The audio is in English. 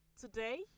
Today